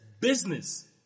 business